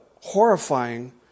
horrifying